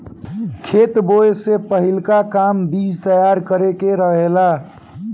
खेत बोए से पहिलका काम बीज तैयार करे के रहेला